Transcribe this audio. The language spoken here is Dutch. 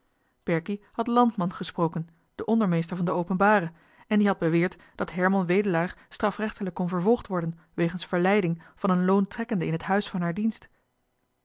berkie had landman gesproken den ondermeester van de openbare en die had beweerd dat herman wedelaar strafrechtelijk kon vervolgd worden wegens verleiding van een loontrekkende in het huis van haar dienst